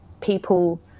people